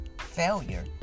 failure